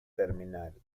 terminal